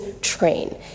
train